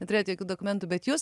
neturėjot jokių dokumentų bet jūs